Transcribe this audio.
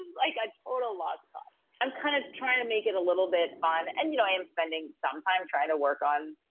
like i own a lot i'm kind of trying to make it a little bit of and, you know, i am spending some time trying to work on,